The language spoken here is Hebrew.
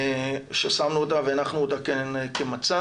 ששמנו אותה והנחנו אותה כמצע,